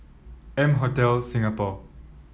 M Hotel Singapore